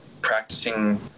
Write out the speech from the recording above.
practicing